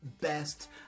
best